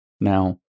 Now